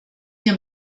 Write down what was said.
hier